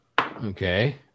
Okay